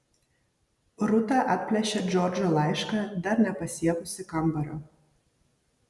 rūta atplėšė džordžo laišką dar nepasiekusi kambario